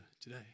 today